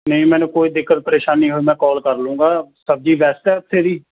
ਨਹੀਂ ਮੈਨੂੰ ਕੋਈ ਦਿੱਕਤ ਪ੍ਰੇਸ਼ਾਨੀ ਹੋਈ ਮੈਂ ਕੋਲ ਕਰ ਲੂੰਗਾ ਸਬਜ਼ੀ ਬੈਸਟ ਹੈ ਉੱਥੇ ਦੀ